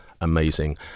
amazing